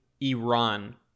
Iran